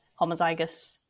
homozygous